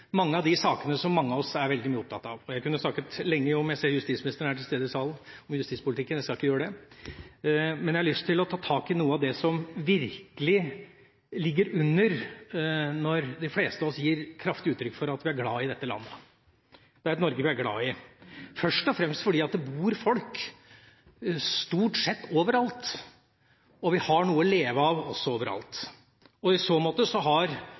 mange av de sakene som mange av oss er veldig opptatt av. Jeg kunne snakket lenge om justispolitikken – jeg ser justisministeren er til stede i salen – jeg skal ikke gjøre det. Men jeg har lyst til å ta tak i noe av det som virkelig ligger under når de fleste av oss gir kraftig uttrykk for at vi er glad i dette landet. Det er et Norge vi er glad i, først og fremst fordi det bor folk stort sett overalt, og vi har også noe å leve av overalt. I så måte har